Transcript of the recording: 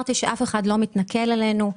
אמרתי שמישהו מתנכל לנו.